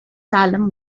salem